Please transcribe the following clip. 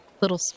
little